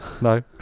no